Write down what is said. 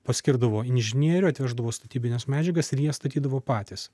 paskirdavo inžinierių atveždavo statybines medžiagas ir jie statydavo patys